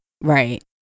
Right